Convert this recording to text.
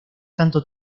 tanto